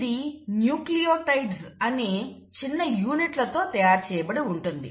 ఇది న్యూక్లియోటైడ్స్ అనే చిన్న యూనిట్లతో తయారు చేయబడి ఉంటుంది